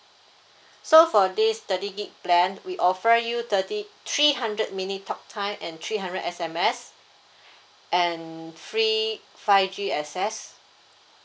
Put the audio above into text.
so for this thirty gig plan we offer you thirty three hundred minute talk time and three hundred S_M_S and free five G access